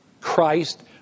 Christ